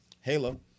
Halo